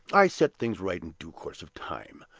i set things right in due course of time.